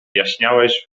jaśniałeś